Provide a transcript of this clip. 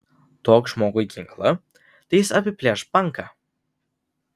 duok žmogui ginklą tai jis apiplėš banką